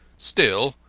still,